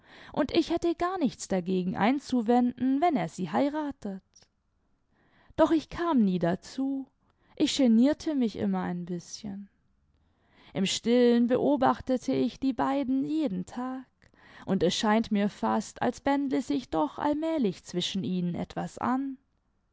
und ich hätte gar nichts dagegen einzuwenden wenn er sie heiratet doch ich kam nie dazu ich genierte mich immer ein bißchen im stillen beobachtete ich die beiden jeden tag und es scheint mir fast als bändle sich doch allmählich zwischen ihnen etwas an